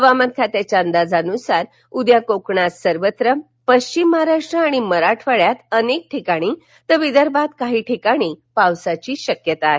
हवामान खात्याच्या अंदाजानुसार उद्या कोकणात सर्वत्र पश्चिम महाराष्ट्र आणि मराठवाङ्यात अनेक ठिकाणी तर विदर्भात काही ठिकाणी पावसाची शक्यता आहे